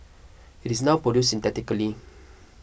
it is now produced synthetically